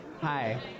Hi